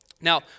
Now